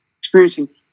experiencing